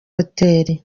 hotel